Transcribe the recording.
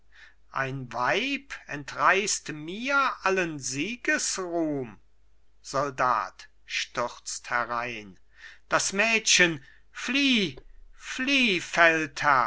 ein weib entriß mir allen siegesruhm soldat stürzt herein das mädchen flieh flieh feldherr